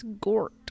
Gort